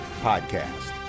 Podcast